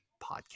podcast